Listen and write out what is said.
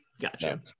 Gotcha